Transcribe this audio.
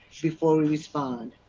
before we respond.